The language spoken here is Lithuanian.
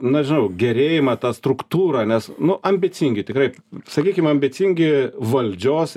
na žinau gerėjimą tą struktūrą nes nu ambicingi tikrai sakykim ambicingi valdžios